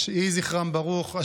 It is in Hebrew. יהי זכרם ברוך.